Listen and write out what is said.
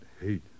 hate